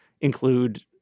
include